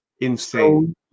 insane